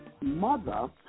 mother